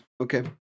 Okay